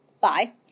bye